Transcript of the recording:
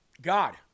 God